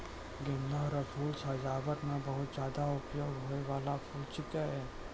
गेंदा रो फूल सजाबट मे बहुत ज्यादा उपयोग होय बाला फूल छिकै